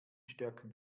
stärken